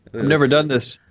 i've never done this.